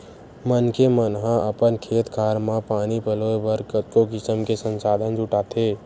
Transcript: मनखे मन ह अपन खेत खार म पानी पलोय बर कतको किसम के संसाधन जुटाथे